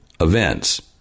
events